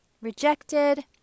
rejected